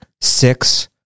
six